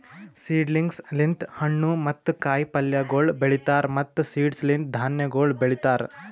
seedlings ಲಿಂತ್ ಹಣ್ಣು ಮತ್ತ ಕಾಯಿ ಪಲ್ಯಗೊಳ್ ಬೆಳೀತಾರ್ ಮತ್ತ್ ಸೀಡ್ಸ್ ಲಿಂತ್ ಧಾನ್ಯಗೊಳ್ ಬೆಳಿತಾರ್